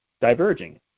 diverging